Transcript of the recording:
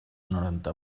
noranta